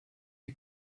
die